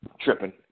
tripping